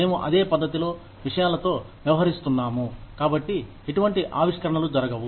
మేము అదే పద్ధతిలో విషయాలతో వ్యవహరిస్తున్నాము కాబట్టి ఎటువంటి ఆవిష్కరణలు జరగవు